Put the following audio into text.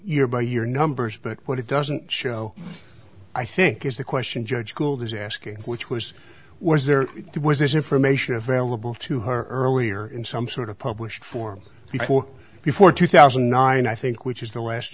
year by year numbers but what it doesn't show i think is the question judge gould is asking which was was there was this information available to her earlier in some sort of published form before before two thousand and nine i think which is the last